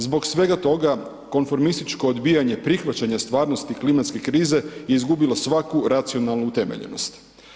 Zbog svega toga, konformističko odbijanje prihvaćanja stvarnosti klimatske krize je izgubilo svaku racionalnu utemeljenost.